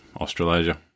Australasia